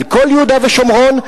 על כל יהודה ושומרון,